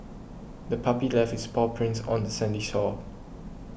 the puppy left its paw prints on the sandy shore